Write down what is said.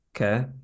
Okay